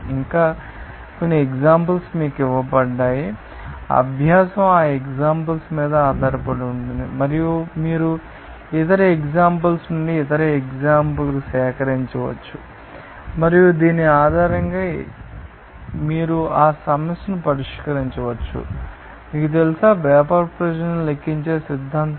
ఇంకా కొన్ని ఎగ్జాంపల్ మీకు ఇవ్వబడ్డాయి మీకు తెలుసా అభ్యాసం ఆ ఎగ్జాంపల్ మీద ఆధారపడి ఉంటుంది మరియు మీరు ఇతర ఎగ్జాంపల్ నుండి ఇతర ఎగ్జాంపల్ ను సేకరించవచ్చు మరియు దీని ఆధారంగా మీరు ఆ సమస్యను పరిష్కరించవచ్చు మీకు తెలుసా వేపర్ ప్రెషర్ న్ని లెక్కించే సిద్ధాంతం